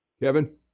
Kevin